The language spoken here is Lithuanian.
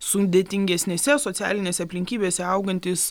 sudėtingesnėse socialinėse aplinkybėse augantys